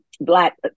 Black